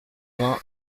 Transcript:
vingt